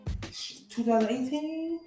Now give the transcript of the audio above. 2018